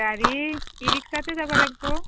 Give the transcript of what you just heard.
গাড়ী ই ৰিক্সাতে যাব লাগিব